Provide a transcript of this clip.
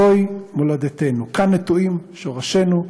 זוהי מולדתנו, כאן נטועים שורשינו,